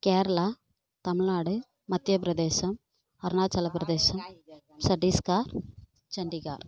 Kerala Tamil Nadu Madhya Pradesh Arunachal Pradesh Chhattisgarh Chandigarh